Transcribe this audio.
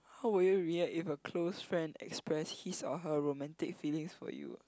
how would you react if a close friend expressed his or her romantic feelings for you